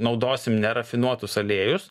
naudosim nerafinuotus aliejus